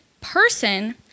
person